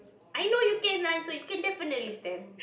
I know you can run so you can definitely stand